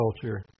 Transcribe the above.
culture